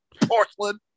porcelain